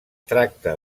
tracta